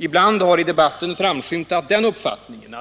Ibland har i den tidigare debatten framskymtat den uppfattningen —